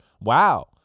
wow